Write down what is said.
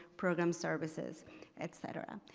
program services et cetera.